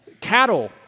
cattle